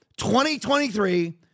2023